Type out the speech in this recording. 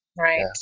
Right